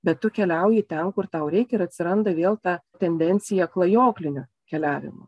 bet tu keliauji ten kur tau reikia ir atsiranda vėl ta tendencija klajoklinio keliavimo